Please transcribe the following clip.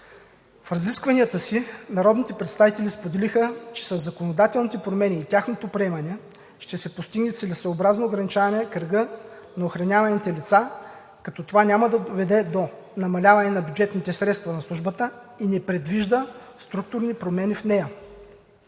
В разискванията си народните представители споделиха, че със законодателните промени и тяхното приемане ще се постигне целесъобразно ограничаване кръга на охраняваните лица, като това няма да доведе до намаляване на бюджетните средства на службата и не предвижда структурни промени в нея.